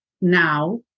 now